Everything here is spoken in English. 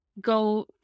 go